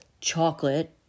chocolate